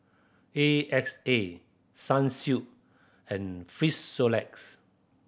A X A Sunsilk and Frisolac